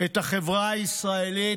את החברה הישראלית,